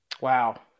Wow